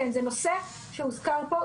זה נושא שהוזכר פה,